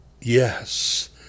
yes